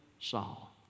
Saul